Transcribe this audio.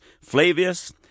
Flavius